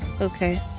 Okay